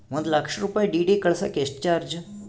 ಒಂದು ಲಕ್ಷ ರೂಪಾಯಿ ಡಿ.ಡಿ ಕಳಸಾಕ ಎಷ್ಟು ಚಾರ್ಜ್?